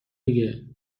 دیگه